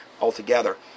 altogether